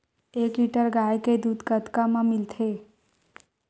एक लीटर गाय के दुध कतका म मिलथे?